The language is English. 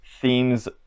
themes